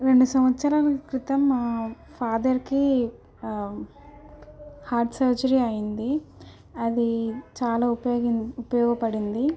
రెండు సంత్సరాల క్రితం మా ఫాథర్కి హార్ట్ సర్జరీ అయ్యింది అది చాలా ఉపయోగ ఉపయోగపడింది